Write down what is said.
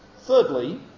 Thirdly